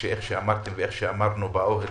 שכמו שאמרתם וכמו שאמרנו באוהל,